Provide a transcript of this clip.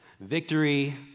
Victory